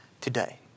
today